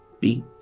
beat